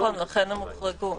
לא שומרים.